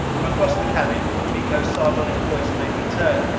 from across the cabin, miko's sardonic voice made me turn.